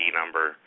number